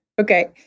okay